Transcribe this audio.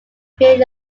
creating